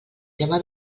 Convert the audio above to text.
tema